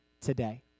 today